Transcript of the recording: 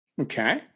Okay